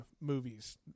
movies